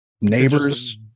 neighbors